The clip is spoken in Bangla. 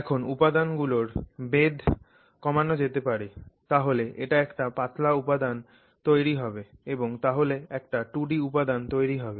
এখন উপাদানগুলোর বেধ কমানো যেতে পারে তাহলে এটা একটা পাতলা উপাদান তৈরি হবে এবং তাহলে একটা 2 ডি উপাদান তৈরি হবে